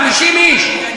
50 איש,